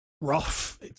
rough